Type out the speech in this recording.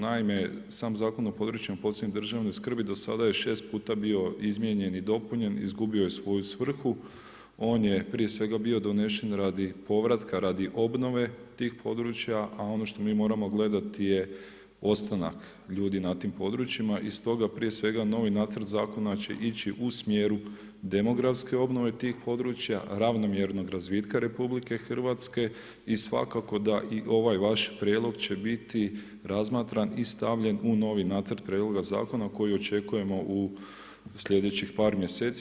Naime sam Zakon o područjima posebne državne skrbi do sada je 6 puta bio izmijenjen i dopunjen, izgubio je svoju svrhu, on je prije svega bio donesen radi povratka, radi obnove tih područja a ono što mi moramo gledati je ostanak ljudi na tim područjima i stoga prije svega novi nacrt zakona će ići u smjeru demografske obnove tih područja, ravnomjernog razvitka RH i svakako da i ovaj vaš prijedlog će biti razmatram i stavljen u novi nacrt prijedloga zakona koji očekujemo u slijedećih par mjeseci.